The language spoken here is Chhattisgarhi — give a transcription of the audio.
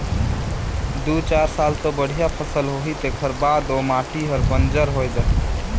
दू चार साल तो बड़िया फसल होही तेखर बाद ओ माटी हर बंजर होए जाही